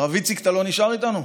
הרב איציק, אתה לא נשאר איתנו?